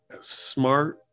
smart